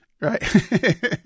right